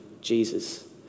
Jesus